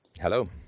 Hello